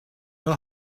know